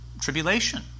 tribulation